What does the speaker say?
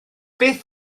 beth